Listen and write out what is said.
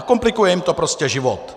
Komplikuje jim to prostě život.